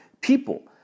people